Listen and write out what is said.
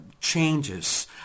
changes